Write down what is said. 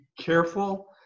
careful